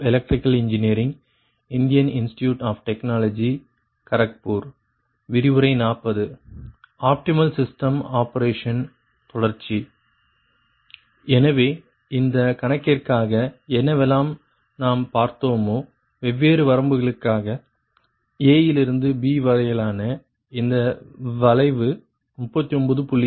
எனவே இந்த கணக்கிற்காக என்னவெல்லாம் நாம் பார்த்தோமோ வெவ்வேறு வரம்புகளுக்காக A யிலிருந்து B வரையிலான இந்த வளைவு 39